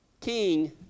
king